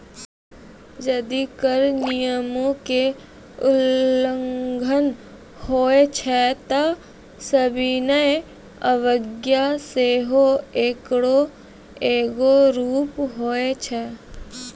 जदि कर नियमो के उल्लंघन होय छै त सविनय अवज्ञा सेहो एकरो एगो रूप होय छै